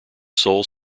sole